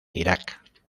irak